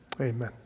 Amen